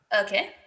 Okay